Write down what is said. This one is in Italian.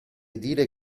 dire